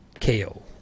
KO